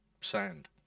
sand